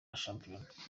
shampiyona